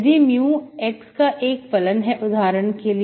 यदि mu x का एक फलन है उदाहरण के लिए